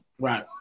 right